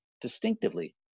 distinctively